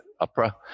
Opera